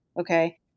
okay